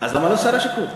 אז למה לא שר השיכון?